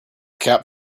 cap